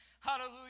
hallelujah